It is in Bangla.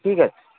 ঠিক আছে